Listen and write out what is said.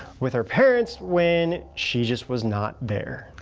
with her parents when she just was not there.